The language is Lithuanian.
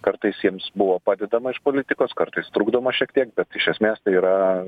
kartais jiems buvo padedama iš politikos kartais trukdoma šiek tiek bet iš esmės tai yra